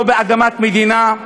לא אדמת מדינה,